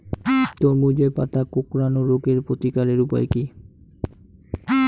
তরমুজের পাতা কোঁকড়ানো রোগের প্রতিকারের উপায় কী?